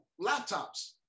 laptops